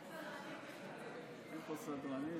גברתי היושבת-ראש,